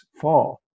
fall